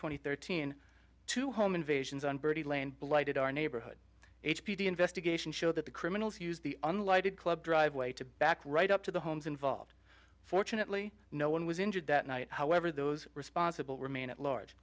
and thirteen two home invasions on bertie lane blighted our neighborhood h p d investigation show that the criminals used the unlighted club driveway to back right up to the homes involved fortunately no one was injured that night however those responsible remain at large